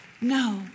No